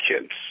kids